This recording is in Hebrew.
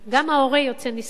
גם ההורה יוצא נשכר.